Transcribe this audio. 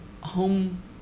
home